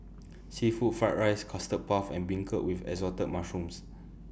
Seafood Fried Rice Custard Puff and Beancurd with Assorted Mushrooms